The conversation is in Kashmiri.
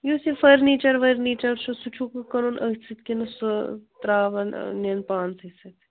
یُس یہِ فٔرنیٖچَر ؤرنیٖچَر چھُ سُہ چھُکھ کُنُن أتھۍ سۭتۍ کِنہٕ سُہ ترٛاوان نِن پانسٕے سۭتۍ